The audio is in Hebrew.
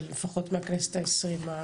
ההקלה על העסקים לפחות מהכנסת העשרים.